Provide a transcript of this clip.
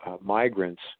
migrants